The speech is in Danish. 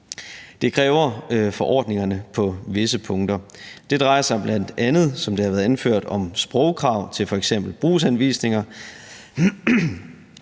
Det kræver forordningerne på visse punkter. Det drejer sig bl.a., som det har været anført, om sprogkrav til f.eks. brugsanvisninger,